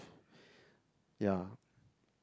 yeah